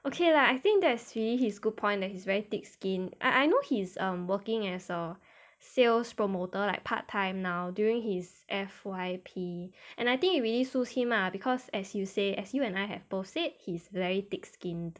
okay lah I think there's really his good point that he's very thick skinned I I know he's um working as a sales promoter like part time now during his F_Y_P and I think it really suits him ah because as you say as you and I have both said he's very thick skinned